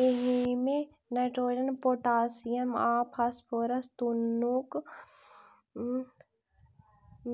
एहिमे nitrogen, potassium आ phosphorus तीनूक